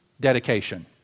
dedication